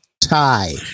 tie